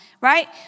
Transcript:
right